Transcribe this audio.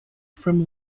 from